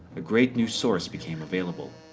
a great new source became available